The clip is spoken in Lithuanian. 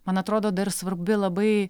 man atrodo dar svarbi labai